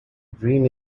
dream